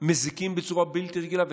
מזיקים בצורה בלתי רגילה,